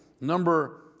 number